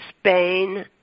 Spain